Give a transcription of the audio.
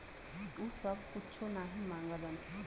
उ सब कुच्छो नाही माँगलन